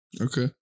Okay